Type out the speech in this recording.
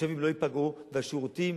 שהתושבים לא ייפגעו והשירותים